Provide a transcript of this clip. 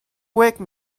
wake